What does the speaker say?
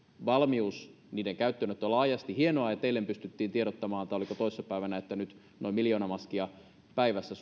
valmius niiden käyttöönottoon laajasti hienoa että eilen pystyttiin tiedottamaan tai oliko toissa päivänä että tuotanto voisi olla suomessa pian noin miljoona maskia päivässä